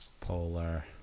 polar